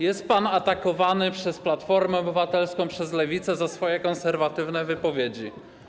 Jest pan atakowany przez Platformę Obywatelską, przez Lewicę za swoje konserwatywne wypowiedzi.